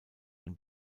ein